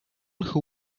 who